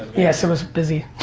yes, it was busy.